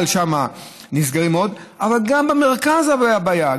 ושם בכלל נסגרים עוד, אבל גם במרכז יש בעיה.